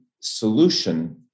solution